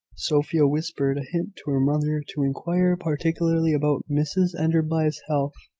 sophia whispered a hint to her mother to inquire particularly about mrs enderby's health.